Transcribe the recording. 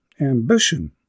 ambition